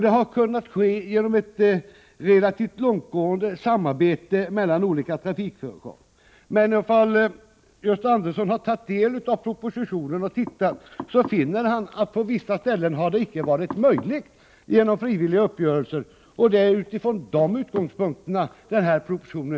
Det har kunnat ske genom ett relativt långtgående samarbete mellan olika trafikföretag. Men om Gösta Andersson har tagit del av propositionen har han funnit att det på vissa ställen inte varit möjligt att åstadkomma det genom frivilliga uppgörelser. Det är bakgrunden till förslaget i propositionen.